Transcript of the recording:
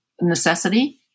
necessity